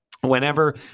Whenever